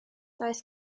daeth